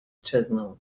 czezną